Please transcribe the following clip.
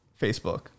facebook